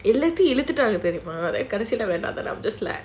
இழுத்துட்டாங்க:iluthutaanga I'm just like